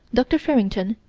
dr. farrington,